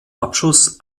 abschuss